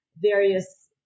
various